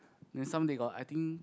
then some they got I think